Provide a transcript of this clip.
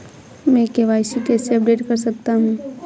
मैं के.वाई.सी कैसे अपडेट कर सकता हूं?